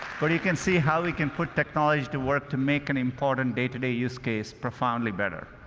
but you can see how we can put technology to work to make an important day-to-day use case profoundly better.